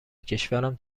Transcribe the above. کشورم